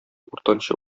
уртанчы